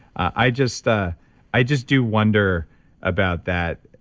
i just ah i just do wonder about that,